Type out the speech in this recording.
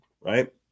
right